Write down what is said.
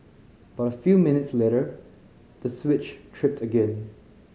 but a few minutes later the switch tripped again